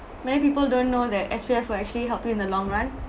many people don't know the S_P_F will actually help you in the long run